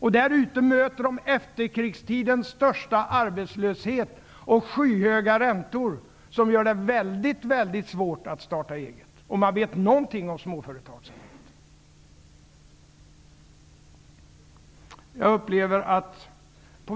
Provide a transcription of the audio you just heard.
för att möta efterkrigstidens största arbetslöshet och skyhöga räntor, som gör det väldigt svårt att starta eget företag. Om man vet någonting om småföretagsamhet inser man det.